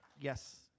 Yes